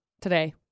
today